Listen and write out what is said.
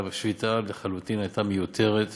והשביתה הייתה מיותרת לחלוטין.